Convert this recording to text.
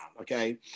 okay